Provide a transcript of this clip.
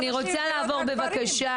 אני רוצה לעבור, בבקשה